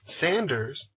Sanders